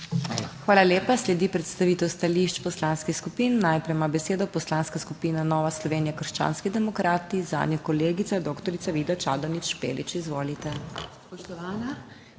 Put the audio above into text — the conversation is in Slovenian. Hvala lepa. Sledi predstavitev stališč poslanskih skupin. Najprej ima besedo Poslanska skupina Nova Slovenija - krščanski demokrati, zanjo kolegica doktorica Vida Čadonič Špelič, izvolite.